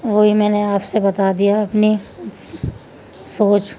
وہی میں نے آپ سے بتا دیا اپنی سوچ